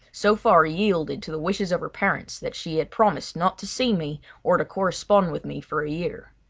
so far yielded to the wishes of her parents that she had promised not to see me or to correspond with me for a year.